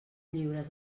lliures